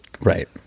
right